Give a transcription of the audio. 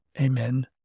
Amen